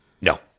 No